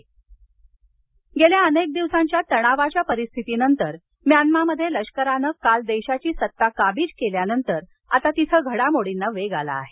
Myanmar गेल्या अनेक दिवसांच्या तणावाच्या परिस्थितीनंतर म्यानमारमध्ये लष्करानं काल देशाची सत्ता काबीज केल्यानंतर घडामोर्डीना वेग आला आहे